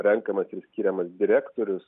renkamas ir skiriamas direktorius